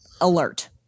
alert